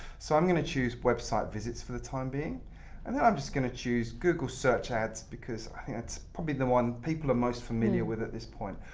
so i'm going to choose website visits for the time being and then i'm just going to choose google search ads because i think that's probably the one people are most familiar with at this point.